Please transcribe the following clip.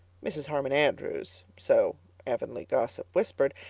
mrs. harmon andrews, so avonlea gossip whispered,